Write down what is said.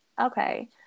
okay